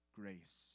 grace